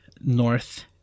North